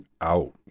out